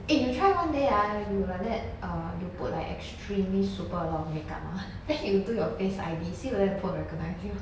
eh you try one day ah you like that err you put like extremely super long makeup ah then he will do your face I_D see whether the phone recognise you